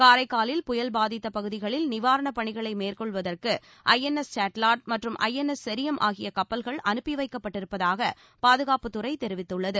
காரைக்காலில் புயல் பாதித்த பகுதிகளில் நிவாரணப் பணிகளை மேற்கொள்வதற்கு ஐஎன்எஸ் சேட்லாட் மற்றும் ஐஎன்எஸ் செரியம் ஆகிய கப்பல்கள் அனுப்பி வைக்கப்பட்டிருப்பதாக பாதுகாப்புத் துறை தெரிவித்துள்ளது